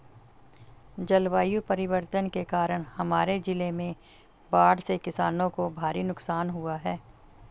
जलवायु परिवर्तन के कारण हमारे जिले में बाढ़ से किसानों को भारी नुकसान हुआ है